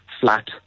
flat